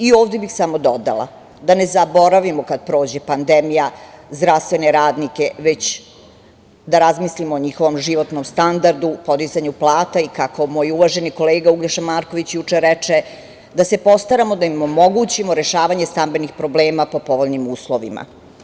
Ovde bih samo dodala, da ne zaboravimo kada prođe pandemija, zdravstvene radnike, već da razmislimo o njihovom životnom standardu, podizanju plata i kako moj uvaženi kolega Uglješa Marković juče reče, da se postaramo da im omogućimo rešavanje stambenih problema po povoljnim uslovima.